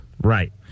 Right